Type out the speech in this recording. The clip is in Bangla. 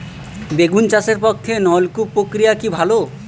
বেগুন চাষের পক্ষে নলকূপ প্রক্রিয়া কি ভালো?